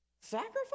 sacrifice